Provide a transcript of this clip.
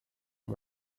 and